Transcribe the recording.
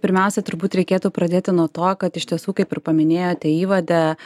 pirmiausia turbūt reikėtų pradėti nuo to kad iš tiesų kaip ir paminėjote įvade